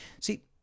See